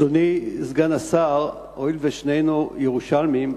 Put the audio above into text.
אדוני סגן השר, הואיל ושנינו ירושלמים,